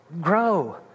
Grow